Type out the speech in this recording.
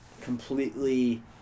completely